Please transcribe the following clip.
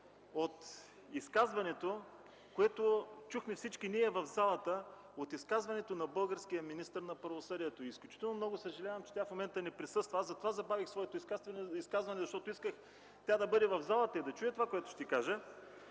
от изказването, което чухме всички в залата, на българския министър на правосъдието. Изключително много съжалявам, че тя в момента не присъства. Забавих своето изказване, защото исках тя да бъде в залата и да чуе това, което ще кажа.